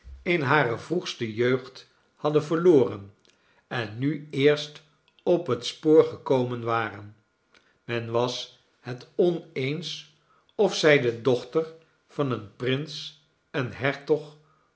in hare vroegste jeugd hadden verloren en nu eerst op het spoor gekomen waren men was hft oneens of zij de dochter van een prins een hertog